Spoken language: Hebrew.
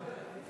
נא להצביע.